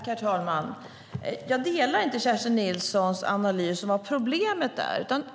Herr talman! Jag delar inte Kerstin Nilssons analys av vad problemet är.